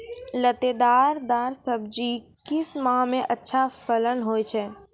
लतेदार दार सब्जी किस माह मे अच्छा फलन होय छै?